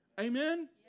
Amen